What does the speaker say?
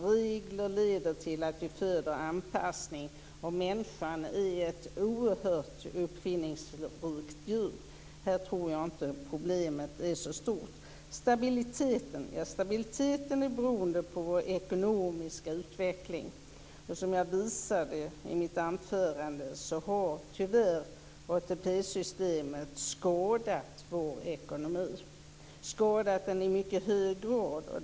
Regler föder anpassning. Människan är ett oerhört uppfinningsrikt djur. Här tror jag inte att problemet är så stort. Stabiliteten är beroende av ekonomisk utveckling. Jag visade i mitt anförande att ATP-systemet tyvärr i hög grad har skadat vår ekonomi.